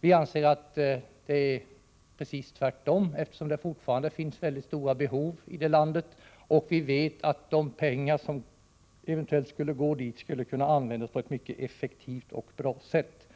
Vi anser att det är precis tvärtom, eftersom det fortfarande finns väldigt stora behov i det landet. Vi vet också att de pengar som eventuellt skulle gå till Cuba skulle kunna användas på ett mycket effektivt och bra sätt.